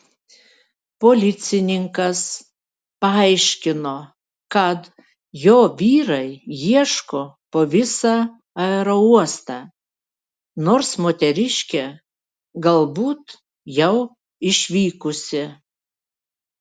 policininkas paaiškino kad jo vyrai ieško po visą aerouostą nors moteriškė galbūt jau išvykusi